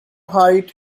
height